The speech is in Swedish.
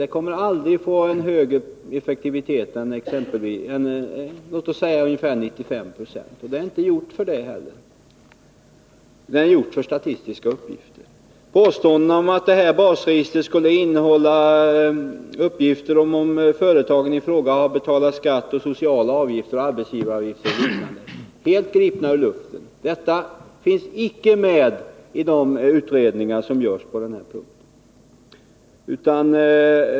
Det kommer aldrig att få högre effektivitet än ungefär 95 70. Det är inte heller gjort för det ändamål vi här diskuterar — det är gjort för statistiska uppgifter. Påståendena om att detta basregister skulle innehålla uppgifter om huruvida företagen i fråga har betalat skatt, sociala avgifter och arbetsgivaravgifter, är helt gripna ur luften. Det finns icke underlag för detta i de utredningar som görs på den här punkten.